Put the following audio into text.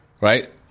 Right